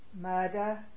murder